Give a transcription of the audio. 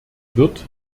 wird